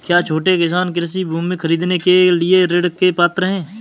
क्या छोटे किसान कृषि भूमि खरीदने के लिए ऋण के पात्र हैं?